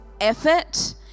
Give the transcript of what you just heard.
effort